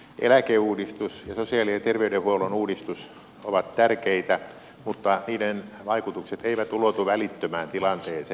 eläkeuudistus ja sosiaali ja terveydenhuollon uudistus ovat tärkeitä mutta niiden vaikutukset eivät ulotu välittömään tilanteeseen